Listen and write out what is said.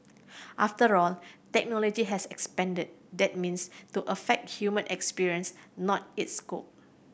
after all technology has expanded that means to affect human experience not its scope